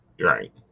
Right